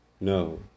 No